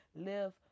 Live